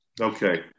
okay